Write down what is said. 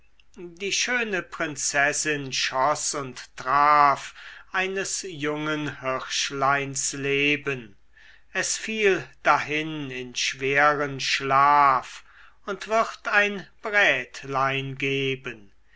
die schöne prinzessin schoß und traf eines jungen hirschleins leben es fiel dahin in schweren schlaf und wird ein brätlein geben